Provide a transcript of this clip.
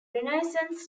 renaissance